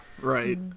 right